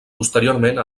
posteriorment